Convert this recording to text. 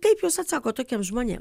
kaip jūs atsakot tokiem žmonėm